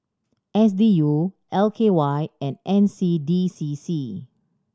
S D U L K Y and N C D C C